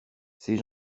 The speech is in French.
ces